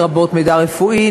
לרבות מידע רפואי,